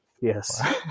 Yes